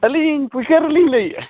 ᱟᱹᱞᱤᱧ ᱯᱩᱭᱥᱟᱹ ᱨᱮᱞᱤᱧ ᱞᱟᱹᱭᱮᱫᱼᱟ